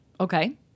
Okay